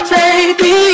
baby